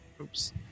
Oops